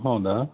ಹೌದಾ